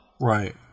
right